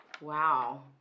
Wow